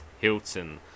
Hilton